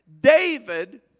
David